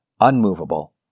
unmovable